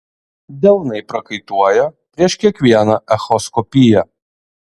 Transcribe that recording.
delnai prakaituoja prieš kiekvieną echoskopiją